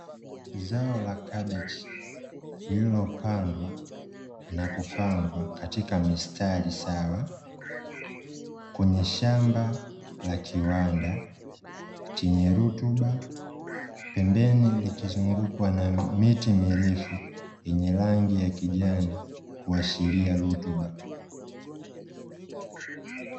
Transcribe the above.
Zao la kabichi, lililopandwa na kupangwa katika mistari sawa kwenye shamba la kiwanda chenye rutuba, pembeni likizungukwa na miti mirefu yenye rangi ya kijani kuashiria rutuba.